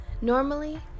normally